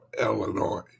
Illinois